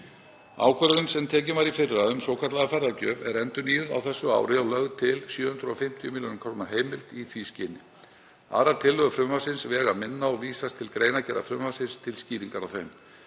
Ákvörðun sem tekin var í fyrra um svokallaða ferðagjöf er endurnýjuð á þessu ári og lögð til 750 millj. kr. heimild í því skyni. Aðrar tillögur frumvarpsins vega minna og vísast til greinargerðar frumvarpsins til skýringar á þeim.